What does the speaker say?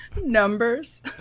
Numbers